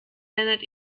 lennart